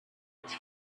its